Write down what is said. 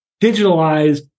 digitalized